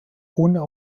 ohne